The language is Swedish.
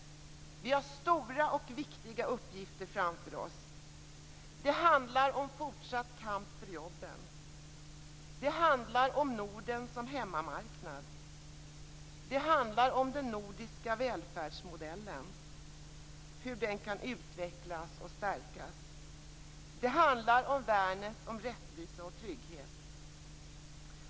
Vi har stora och viktiga uppgifter framför oss. Det handlar om fortsatt kamp för jobben. Det handlar om Norden som hemmamarknad. Det handlar om den nordiska välfärdsmodellen och hur den kan utvecklas och stärkas. Det handlar om värnet om rättvisa och trygghet.